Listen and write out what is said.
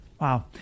Wow